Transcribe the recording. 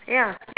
ya